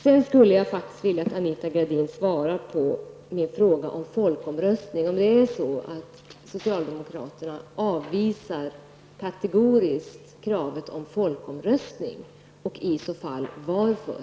Jag skulle vilja att Anita Gradin svarar på min fråga om folkomröstning. Avvisar socialdemokraterna kategoriskt kravet på folkomröstning? I så fall vill jag veta varför.